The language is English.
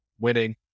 winning